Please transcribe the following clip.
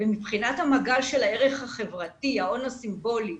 מבחינת המגע של הערך החברתי, ההון הסימבולי,